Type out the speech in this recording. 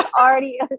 already